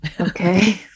okay